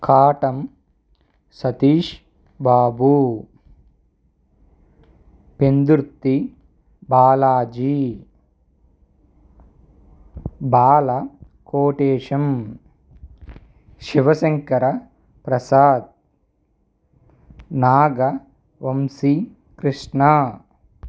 Katam Satish Babu Pendurthi Balaji Bala Kotesham Sivasankara Prasad Naga Vamsi Krishna